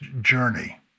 Journey